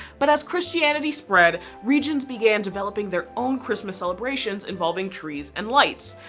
but as christianity spread regions began developing their own christmas celebrations involving trees and light.